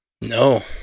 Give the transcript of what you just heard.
No